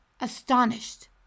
astonished